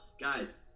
guys